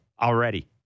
already